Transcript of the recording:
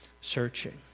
searching